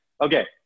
okay